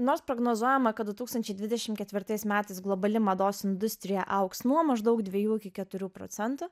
nors prognozuojama kad du tūkstančiai dvidešim ketvirtais metais globali mados industrija augs nuo maždaug dviejų iki keturių procentų